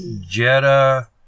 Jetta